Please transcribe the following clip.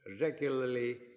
regularly